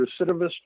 recidivist